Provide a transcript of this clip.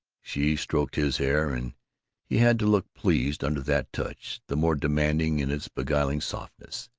she stroked his hair, and he had to look pleased under that touch, the more demanding in its beguiling softness.